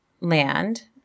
land